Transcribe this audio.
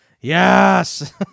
Yes